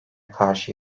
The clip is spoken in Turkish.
karşı